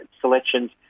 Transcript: selections